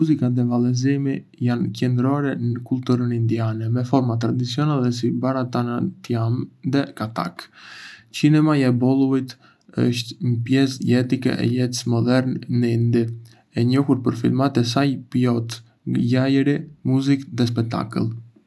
Muzika dhe vallëzimi janë qendrore në kulturën indiane, me forma tradicionale si Bharatanatyam dhe Kathak. Kinemaja e Bollywood-it është një pjesë jetike e jetës moderne në Indi, e njohur për filmat e saj plot gjallëri, muzikë dhe spektakël.